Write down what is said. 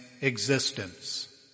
existence